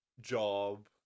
job